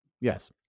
Yes